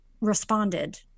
responded